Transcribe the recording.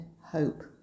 hope